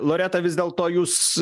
loreta vis dėlto jūs